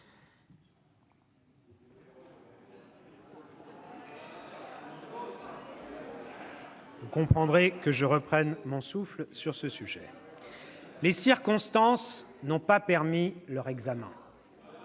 Vous comprendrez que je reprenne mon souffle sur ce sujet ...« Les circonstances n'ont pas permis leur examen,